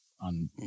on